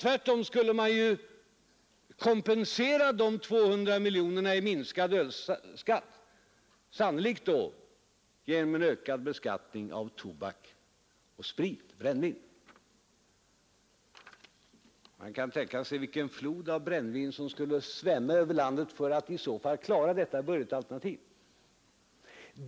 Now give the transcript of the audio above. Tvärtom skulle man ju kompensera de 200 miljonerna i minskad ölskatt, sannolikt genom en ökad beskattning av tobak och brännvin. Man kan tänka sig vilken flod av brännvin som i så fall skulle svämma över landet för att klara mittens budgetalternativ.